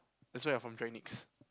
that's why you're from